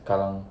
kallang